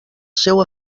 seu